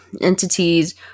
entities